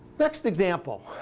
next example.